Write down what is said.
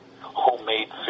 homemade